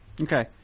okay